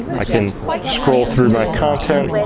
i can scroll through my content.